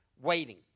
waiting